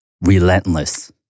Relentless